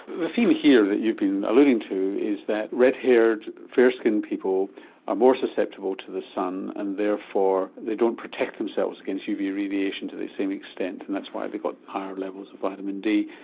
the theme here that you've been alluding to is that red haired, fair skinned people are more susceptible to the sun and therefore they don't protect themselves against uv radiation to the same extent extent and that's why they've got higher levels of vitamin d,